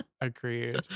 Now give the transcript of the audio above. Agreed